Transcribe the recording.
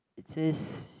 it says